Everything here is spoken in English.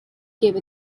gave